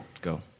go